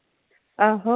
आहो